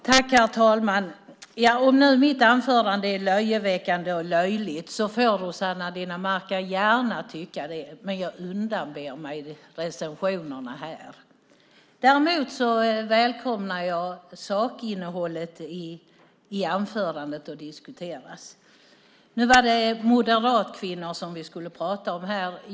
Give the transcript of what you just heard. Herr talman! Om mitt anförande är löjeväckande och löjligt får Rossana Dinamarca gärna tycka det, men jag undanber mig sådana recensioner här. Däremot välkomnar jag sakinnehållet i anförandet och en diskussion om det. Nu skulle vi prata om Moderatkvinnorna.